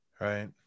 Right